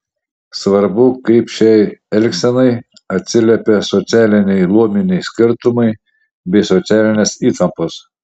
svarbu kaip šiai elgsenai atsiliepė socialiniai luominiai skirtumai bei socialinės įtampos